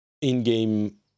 in-game